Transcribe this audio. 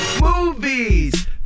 Movies